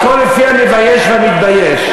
הכול לפי המבייש והמתבייש.